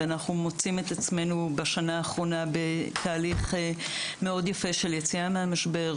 ואנחנו מוצאים את עצמנו בשנה האחרונה בתהליך מאוד יפה של יציאה מהמשבר,